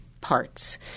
parts